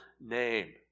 name